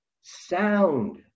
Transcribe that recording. sound